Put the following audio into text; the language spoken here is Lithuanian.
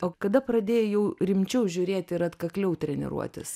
o kada pradėjai jau rimčiau žiūrėt ir atkakliau treniruotis